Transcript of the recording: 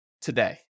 today